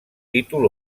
títol